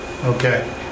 Okay